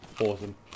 Awesome